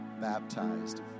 baptized